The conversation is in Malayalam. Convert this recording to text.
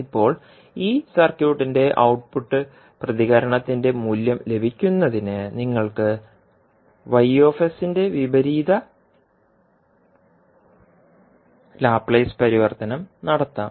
ഇപ്പോൾ ഈ സർക്യൂട്ടിന്റെ ഔട്ട്പുട്ട് പ്രതികരണത്തിന്റെ മൂല്യം ലഭിക്കുന്നതിന് നിങ്ങൾക്ക് ന്റെ വിപരീത ലാപ്ലേസ് പരിവർത്തനം നടത്താം